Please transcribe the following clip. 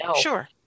sure